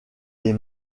des